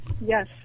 Yes